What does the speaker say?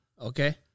Okay